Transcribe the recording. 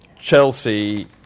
Chelsea